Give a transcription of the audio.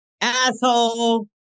asshole